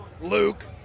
luke